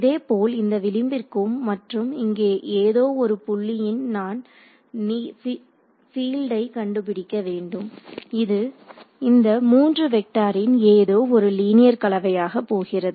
இதேபோல் இந்த விளிம்பிற்கும் மற்றும் இங்கே ஏதோ ஒரு புள்ளியில் நான் பீல்டை கண்டுபிடிக்க வேண்டும் இது இந்த 3 வெக்டாரின் ஏதோ ஒரு லீனியர் கலவையாக போகிறது